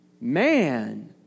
man